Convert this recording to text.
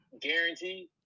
guaranteed